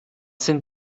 sind